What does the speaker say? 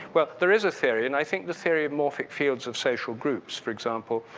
well, there is a theory and i think the theory of morphic fields of social groups, for example,